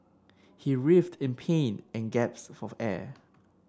he writhed in pain and gasped for air